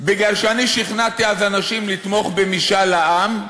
בגלל שאני שכנעתי אז אנשים לתמוך במשאל העם,